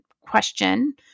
question